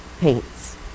paints